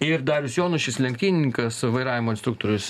ir darius jonušis lenktynininkas vairavimo instruktorius